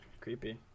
Creepy